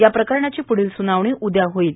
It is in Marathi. याप्रकरणाची पुढील सुनावणी उद्या होणार आहे